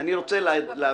אני רוצה להבהיר.